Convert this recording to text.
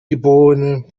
geb